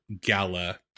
gala